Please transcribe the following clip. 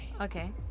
okay